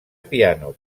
piano